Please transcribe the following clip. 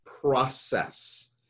process